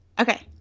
Okay